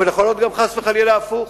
אבל יכול להיות, חס וחלילה, הפוך.